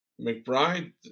McBride